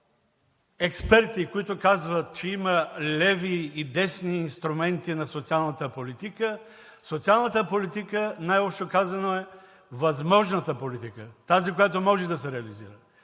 има експерти, които казват, че има леви и десни инструменти на социалната политика, социалната политика, най-общо казано, е възможната политика – тази, която може да се реализира!